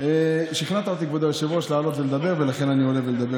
ברחוב עם הציבור מה זה ולאן דיין